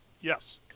Yes